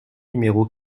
numéro